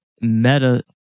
meta